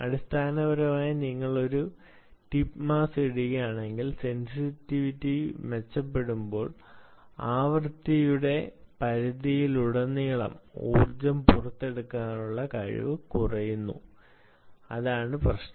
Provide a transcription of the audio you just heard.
അടിസ്ഥാനപരമായി നിങ്ങൾ ഒരു ടിപ്പ് മാസ്സ് ഇടുകയാണെങ്കിൽ സെന്സിറ്റിവിറ്റി മെച്ചപ്പെടുമ്പോൾ ആവൃത്തികളുടെ പരിധിയിലുടനീളം ഊർജ്ജം പുറത്തെടുക്കുന്നതിനുള്ള കഴിവ് കുറയുന്നു അതാണ് പ്രശ്നം